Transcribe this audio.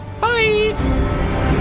Bye